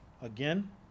again